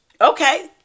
okay